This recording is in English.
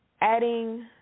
adding